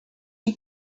you